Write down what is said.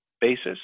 basis